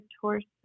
torso